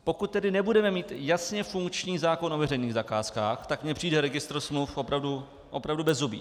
Pokud tedy nebudeme mít jasně funkční zákon o veřejných zakázkách, tak mi přijde registr smluv opravdu bezzubý.